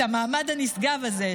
את המעמד הנשגב הזה,